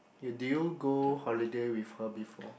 you did you go holiday with her before